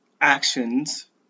actions